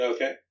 Okay